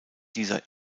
dieser